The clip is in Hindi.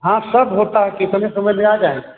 हाँ सब होता है कितने समय में आ जायें